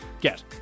get